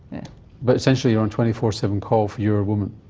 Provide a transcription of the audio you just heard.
but essentially, you're on twenty four seven call for your woman?